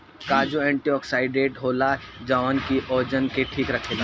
काजू एंटीओक्सिडेंट होला जवन की ओजन के ठीक राखेला